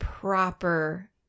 Proper